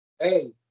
hey